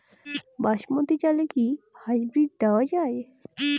বাসমতী চালে কি হাইব্রিড দেওয়া য়ায়?